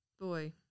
boy